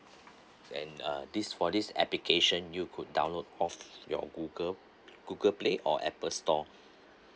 and uh this for this application you could download off your google google play or apple store